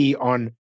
on